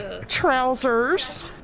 trousers